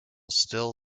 still